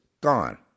gone